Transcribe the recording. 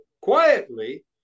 quietly